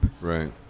Right